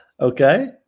Okay